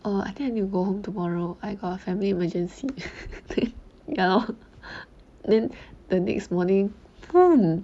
oh I think I need to go home tomorrow I got family emergency ya lor then the next morning